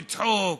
לצחוק?